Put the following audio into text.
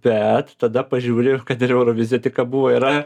bet tada pažiūri ir kad ir euroviziją tik ką buvo yra